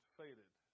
faded